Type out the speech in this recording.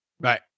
right